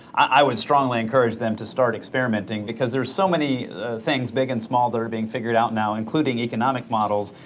i would strongly encourage them to start experimenting, because there's so many things big and small that are being figured out now, including economic models,